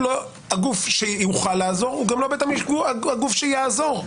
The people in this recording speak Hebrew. לא הגוף שיוכל לעזור והוא גם לא הגוף שיעזור.